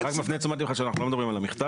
אני מפנה את תשומת לבך שאנחנו לא מדברים על המכתב.